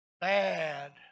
bad